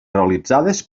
realitzades